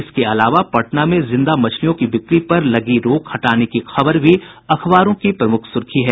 इसके अलावा पटना में जिंदा मछलियों की बिक्री पर लगी रोक हटाने की खबर भी अखबारों की प्रमुख सुर्खी है